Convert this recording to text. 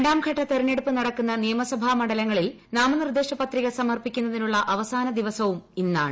രണ്ടാം ഘട്ട തെരഞ്ഞെടുപ്പ് നടക്കുന്ന നിയമസഭാ മണ്ഡലങ്ങളിൽ നാമനിർദ്ദേശ പത്രിക സമർപ്പിക്കുന്നതിനുള്ള അവസാന ദിവസവും ഇന്നാണ്